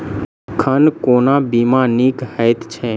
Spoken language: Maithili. एखन कोना बीमा नीक हएत छै?